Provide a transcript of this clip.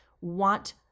want